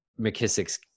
McKissick's